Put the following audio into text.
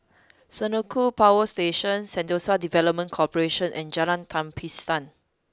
Senoko Power Station Sentosa Development Corporation and Jalan Tapisan